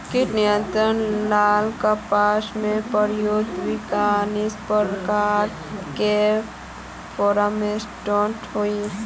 कीट नियंत्रण ला कपास में प्रयुक्त विभिन्न प्रकार के फेरोमोनटैप होई?